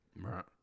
right